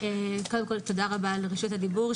קודם כל תודה רבה על רשות הדיבור.